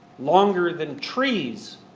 longer than trees.